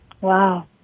Wow